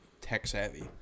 tech-savvy